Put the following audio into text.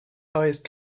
highest